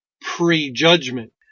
pre-judgment